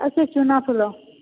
ଆଉ ସେ ଚୁନା ଫୁଲ